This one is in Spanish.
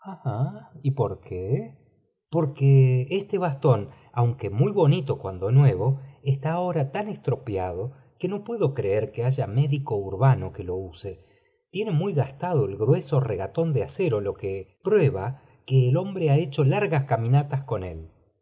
por qué porque este bastón aunque muy bonito cuando nuevo está ahora tan estropeado que no puedo creer que haya médico urbano que lo use tiene muy gastado el grueso regatón de acero lo que prueba que el hombre ha hecho largas caminatas con él